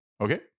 okay